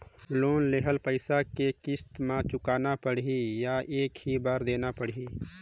Loan लेहल पइसा के किस्त म चुकाना पढ़ही या एक ही बार देना पढ़ही?